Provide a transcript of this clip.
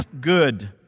good